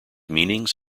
meanings